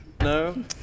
No